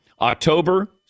October